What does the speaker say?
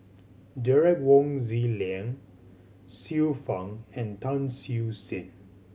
Derek Wong Zi Liang Xiu Fang and Tan Siew Sin